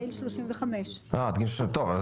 גיל 35. טוב,